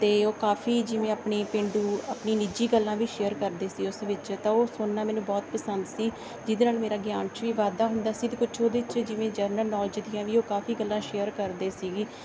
ਅਤੇ ਉਹ ਕਾਫੀ ਜਿਵੇਂ ਆਪਣੀ ਪੇਂਡੂ ਆਪਣੀ ਨਿੱਜੀ ਗੱਲਾਂ ਵੀ ਸ਼ੇਅਰ ਕਰਦੇ ਸੀ ਉਸ ਵਿੱਚ ਤਾਂ ਉਹ ਸੁਣਨਾ ਮੈਨੂੰ ਬਹੁਤ ਪਸੰਦ ਸੀ ਜਿਹਦੇ ਨਾਲ ਮੇਰਾ ਗਿਆਨ 'ਚ ਵੀ ਵਾਧਾ ਹੁੰਦਾ ਸੀ ਅਤੇ ਕੁਛ ਉਹਦੇ 'ਚ ਜਿਵੇਂ ਜਨਰਲ ਨੌਲੇਜ ਦੀਆਂ ਵੀ ਉਹ ਕਾਫੀ ਗੱਲਾਂ ਸ਼ੇਅਰ ਕਰਦੇ ਸੀਗੇ